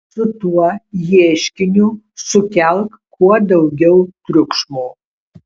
su tuo ieškiniu sukelk kuo daugiau triukšmo